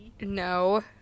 No